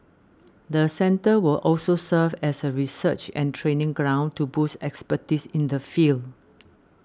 the centre will also serve as a research and training ground to boost expertise in the field